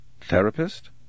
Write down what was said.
Therapist